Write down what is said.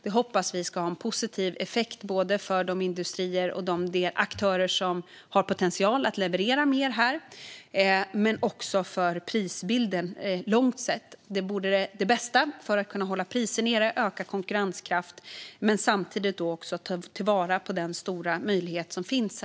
Det hoppas vi ska ha en positiv effekt både för de industrier och aktörer som har potential att leverera mer och för prisbilden långsiktigt. Det vore det bästa för att vi ska kunna hålla priserna nere, öka konkurrenskraften och samtidigt ta vara på den stora möjlighet som finns.